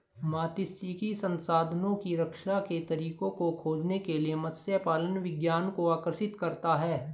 मात्स्यिकी संसाधनों की रक्षा के तरीकों को खोजने के लिए मत्स्य पालन विज्ञान को आकर्षित करता है